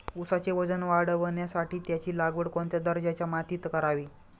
ऊसाचे वजन वाढवण्यासाठी त्याची लागवड कोणत्या दर्जाच्या मातीत करावी?